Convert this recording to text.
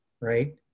right